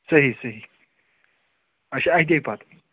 صحیح صحیح اَچھا اَتے پَتہٕ